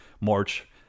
march